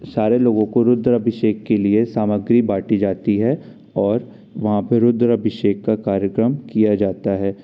सारे लोगों को रुद्र अभिषेक के लिए समग्री बाँटी जाती है और वहाँ पर रुद्राभिषेक का कार्यक्रम किया जाता है